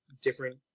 different